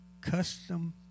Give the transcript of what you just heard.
custom